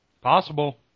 Possible